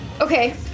Okay